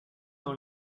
dans